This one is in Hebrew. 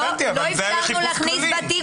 לא אפשרנו להיכנס לבתים.